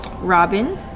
Robin